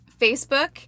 Facebook